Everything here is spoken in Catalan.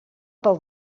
pel